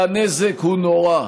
והנזק הוא נורא.